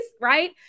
right